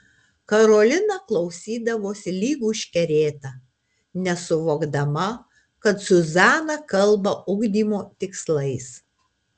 karolina klausydavosi lyg užkerėta nesuvokdama kad zuzana kalba ugdymo tikslais